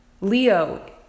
Leo